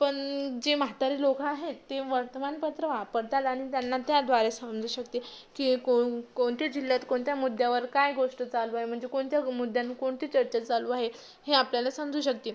पण जे म्हातारे लोकं आहेत ते वर्तमानपत्र वापरतात आणि त्यांना त्याद्वारे समजू शकते की कोण कोणत्या जिल्ह्यात कोणत्या मुद्यावर काय गोष्ट चालू आहे म्हणजे कोणत्या मुद्यांवर कोणती चर्चा चालू आहे हे आपल्याला समजू शकते